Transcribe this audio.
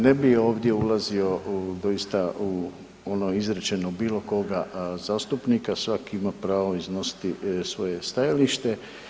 Ne bi ovdje ulazi doista u ono izrečeno bilo koga zastupnika, svak ima pravo iznositi svoje stajalište.